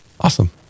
Awesome